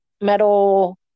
metal